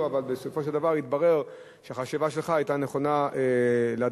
אבל בסופו של דבר התברר שהחשיבה שלך היתה נכונה לדרום.